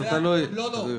לא.